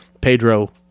Pedro